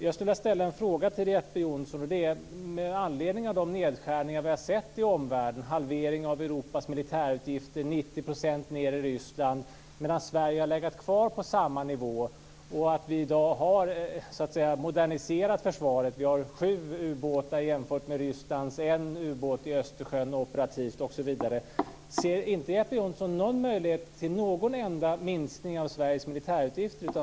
Jag skulle vilja ställa en fråga till Jeppe Johnsson med anledning av de nedskärningar vi har sett i omvärlden med en halvering av Europas militärutgifter och 90 % lägre utgifter i Ryssland. Sverige har däremot legat kvar på samma nivå. I dag har vi moderniserat försvaret. Vi har sju ubåtar jämfört med att Ryssland har en operativ ubåt i Östersjön osv. Ser inte Jeppe Johnsson någon möjlighet till någon enda minskning av Sveriges militärutgifter?